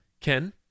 Ken